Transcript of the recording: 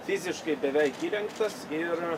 fiziškai beveik įrengtas ir